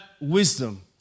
wisdom